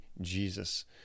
Jesus